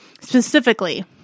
specifically